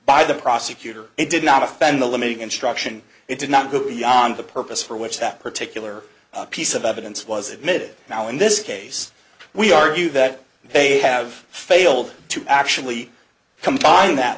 by the prosecutor it did not offend the limiting instruction it did not go beyond the purpose for which that particular piece of evidence was admitted now in this case we argue that they have failed to actually come to find that